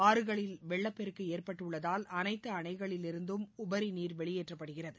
ஆறுகளில் வெள்ளப்பெருக்கு ஏற்பட்டுள்ளதால் அனைத்து அணைகளிலிருந்து உபரி ந் வெளியேற்றப்படுகிறது